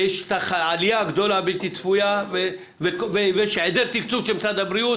ויש עלייה גדולה בלתי צפויה ויש היעדר תקצוב של משרד הבריאות,